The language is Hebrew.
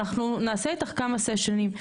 אנחנו נעשה איתך כמה סשנים,